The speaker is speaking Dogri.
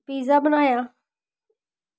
पिज्जा बनाया